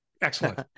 Excellent